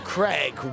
Craig